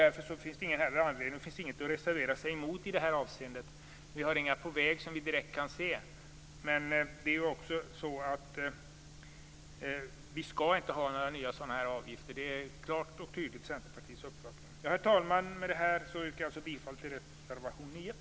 Därför finns det inte något att reservera sig mot i det här avseendet. Det är inga avgifter på väg som vi direkt kan se. Vi skall inte ha några nya sådana avgifter. Det är klart och tydligt centerns uppfattning. Herr talman! Med detta yrkar jag alltså bifall till reservation 9.